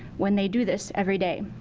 when they do this everyday.